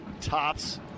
tops